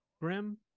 Grim